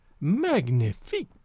Magnifique